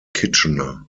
kitchener